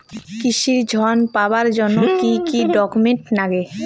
কৃষি ঋণ পাবার জন্যে কি কি ডকুমেন্ট নাগে?